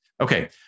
Okay